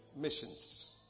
Missions